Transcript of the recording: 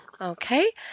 Okay